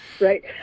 Right